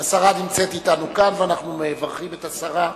השרה נמצאת אתנו כאן, ואנחנו מברכים את השרה,